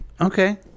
Okay